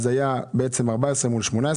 אז מספרם היה 14 והוא עלה ל-18.